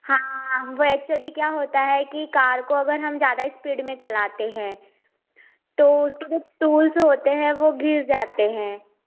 हाँ वह एक्चुअली क्या होता है कि कार को अगर हम ज़्यादा स्पीड में चलाते हैं तो टूल्स टूल्स होते हैं वह गिर जाते हैं